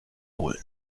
holen